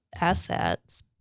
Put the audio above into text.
assets